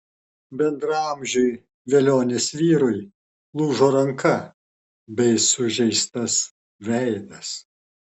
bendraamžiui velionės vyrui lūžo ranka bei sužeistas veidas